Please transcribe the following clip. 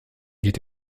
wird